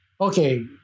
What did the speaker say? Okay